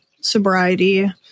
sobriety